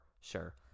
sure